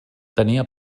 tenia